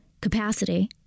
capacity